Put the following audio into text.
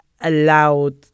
allowed